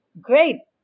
Great